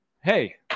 Hey